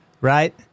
right